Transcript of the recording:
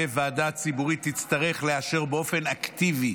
וועדה ציבורית תצטרך לאשר באופן אקטיבי